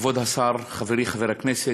כבוד השר, חברי חבר הכנסת,